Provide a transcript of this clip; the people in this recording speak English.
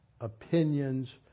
opinions